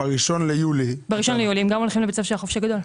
ב-1 ביולי הם גם הולכים לבית הספר של החופש הגדול,